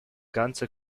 ganze